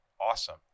Awesome